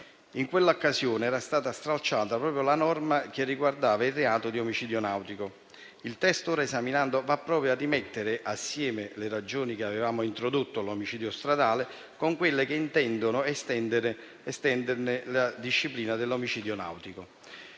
In quell'occasione era stata stralciata proprio la norma che riguardava il reato di omicidio nautico. Il testo ora esaminato va proprio a rimettere assieme le ragioni che avevamo introdotto per l'omicidio stradale con quelle che intendono estenderne la disciplina all'omicidio nautico.